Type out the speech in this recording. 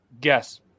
guess